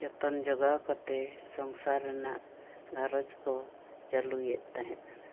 ᱡᱚᱛᱚᱱ ᱡᱚᱜᱟᱣ ᱠᱟᱛᱮᱫ ᱥᱚᱝᱥᱟ ᱨᱮᱱᱟᱜ ᱜᱷᱟᱨᱚᱸᱡᱽ ᱠᱚ ᱪᱟᱹᱞᱩᱭᱮᱫ ᱛᱟᱦᱮᱫ ᱠᱟᱱᱟ